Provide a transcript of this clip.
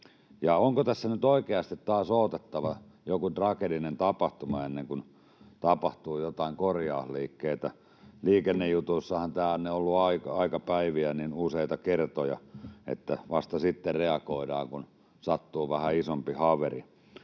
onko tässä nyt oikeasti taas odotettava joku tragedinen tapahtuma, ennen kuin tapahtuu joitain korjausliikkeitä? Liikennejutuissahan tämä on ollut aika päiviä useita kertoja, että vasta sitten reagoidaan, kun sattuu vähän isompi haaveri,